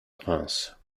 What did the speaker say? prince